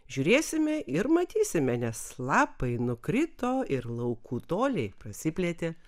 žiūrėsime ir matysime nes lapai nukrito ir laukų toliai išsiplėtė